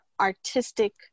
artistic